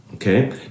Okay